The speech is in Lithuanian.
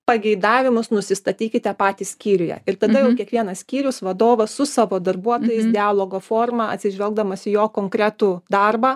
pageidavimus nusistatykite patys skyriuje ir tada jau kiekvienas skyrius vadovas su savo darbuotojais dialogo forma atsižvelgdamas į jo konkretų darbą